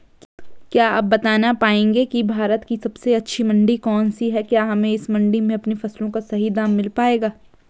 क्या आप बताना पाएंगे कि भारत की सबसे अच्छी मंडी कौन सी है क्या हमें इस मंडी में अपनी फसलों का सही दाम मिल पायेगा?